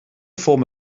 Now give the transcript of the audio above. form